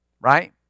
Right